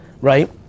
right